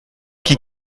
qui